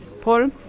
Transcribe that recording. Paul